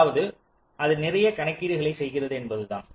அதாவது அது நிறைய கணக்கீடுகளை செய்கிறது என்பதுதான்